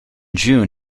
june